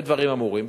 במה דברים אמורים?